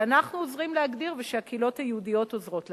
שאנחנו עוזרים להגדיר ושהקהילות היהודיות עוזרות להגדיר.